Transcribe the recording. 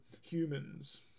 humans